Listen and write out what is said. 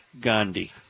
Gandhi